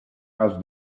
asked